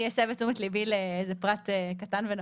התשפ"ב-2022 בתוקף סמכותי לפי סעיפים 26יז(ג) ו-26כח(ג)